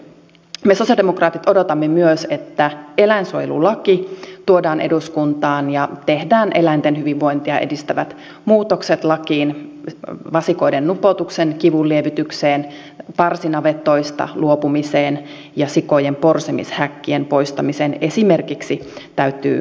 me sosialidemokraatit odotamme myös että eläinsuojelulaki tuodaan eduskuntaan ja tehdään eläinten hyvinvointia edistävät muutokset lakiin esimerkiksi vasikoiden nupoutuksen kivunlievitykseen parsinavetoista luopumiseen ja sikojen porsimishäkkien poistamiseen täytyy löytyä ratkaisuja